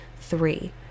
three